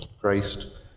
Christ